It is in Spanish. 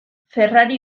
ferrari